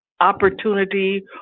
opportunity